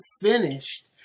finished